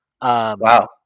Wow